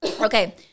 Okay